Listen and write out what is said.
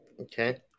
Okay